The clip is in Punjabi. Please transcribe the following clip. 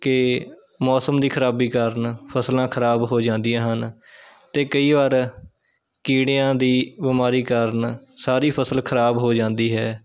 ਕਿ ਮੌਸਮ ਦੀ ਖ਼ਰਾਬੀ ਕਾਰਨ ਫਸਲਾਂ ਖ਼ਰਾਬ ਹੋ ਜਾਂਦੀਆਂ ਹਨ ਅਤੇ ਕਈ ਵਾਰ ਕੀੜਿਆਂ ਦੀ ਬੀਮਾਰੀ ਕਾਰਨ ਸਾਰੀ ਫਸਲ ਖ਼ਰਾਬ ਹੋ ਜਾਂਦੀ ਹੈ